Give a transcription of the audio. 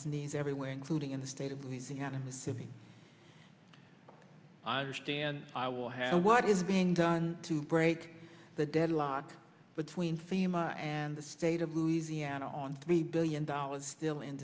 its knees everywhere including in the state of louisiana in the city i understand i will have what is being done to break the deadlock between famous and the state of louisiana on three billion dollars still in